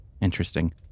Interesting